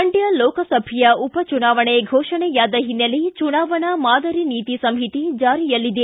ಮಂಡ್ಯ ಲೋಕಸಭೆಯ ಉಪ ಚುನಾವಣೆ ಫೋಷಣೆಯಾದ ಹಿನ್ನೆಲೆ ಚುನಾವಣಾ ಮಾದರಿ ನೀತಿ ಸಂಹಿತೆ ಜಾರಿಯಲ್ಲಿದೆ